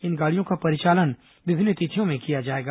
इन गाड़ियों का परिचालन विभिन्न तिथियों में किया जाएगा